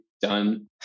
done